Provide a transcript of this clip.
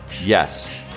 Yes